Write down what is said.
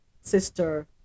sister